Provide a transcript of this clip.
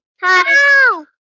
Hi